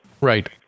Right